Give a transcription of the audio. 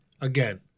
again